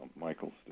Michael's